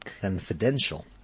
confidential